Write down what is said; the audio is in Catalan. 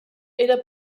era